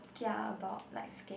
kia about like scared